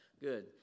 good